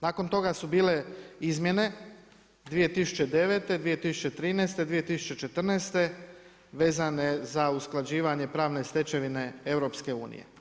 Nakon toga su bile izmjene 2009., 2013., 2014. vezane za usklađivanje pravne stečevine EU.